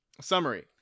Summary